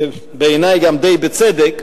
ובעיני גם די בצדק,